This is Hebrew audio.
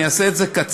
אני אעשה את זה קצר,